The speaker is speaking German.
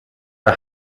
der